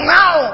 now